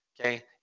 okay